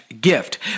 gift